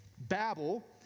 Babel